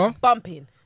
bumping